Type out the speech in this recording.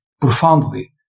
profoundly